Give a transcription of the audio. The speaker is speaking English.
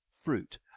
fruit